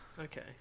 Okay